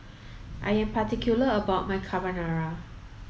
I am particular about my Carbonara